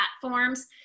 platforms